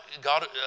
God